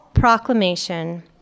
proclamation